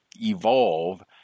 evolve